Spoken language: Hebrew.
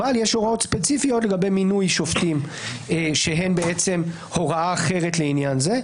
ויש הוראות ספציפיות לגבי מינוי שופטים שזו הוראה אחרת לעניין זה.